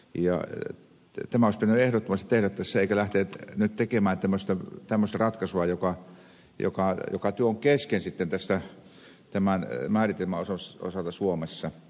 tämä olisi pitänyt ehdottomasti tehdä tässä eikä lähteä nyt tekemään tämmöistä ratkaisua kun työ on kesken sitten tämän määritelmän osalta suomessa